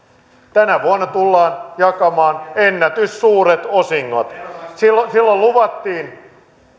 tänä vuonna tullaan jakamaan ennätyssuuret osingot silloin silloin luvattiin